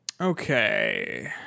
Okay